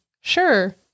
sure